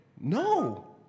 No